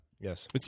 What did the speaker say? Yes